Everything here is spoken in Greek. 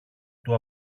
του